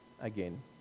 again